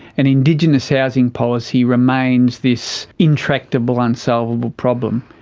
and indigenous housing policy remains this intractable, unsolvable problem.